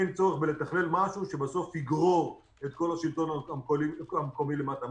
אין צורך לתכלל משהו שבסוף יגרור את כל השלטון המקומי למטה.